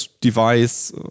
device